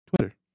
Twitter